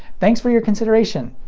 thanks for your consideration,